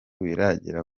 biragera